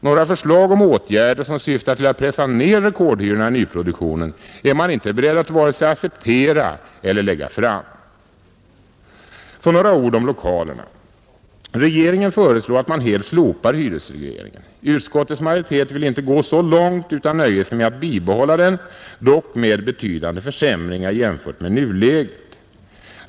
Några förslag om åtgärder som syftar till att pressa ner rekordhyrorna i nyproduktionen är man inte beredd att vare sig acceptera eller lägga fram. Så några ord om lokalerna. Regeringen föreslår att man helt slopar hyresregleringen för lokalerna. Utskottets majoritet vill inte gå så långt utan nöjer sig med att bibehålla den, dock med betydande försämringar jämfört med nuläget.